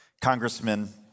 congressman